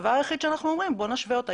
הדבר היחיד שאנחנו אומרים הוא שנשווה אותה.